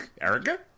Erica